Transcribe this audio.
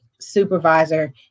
supervisor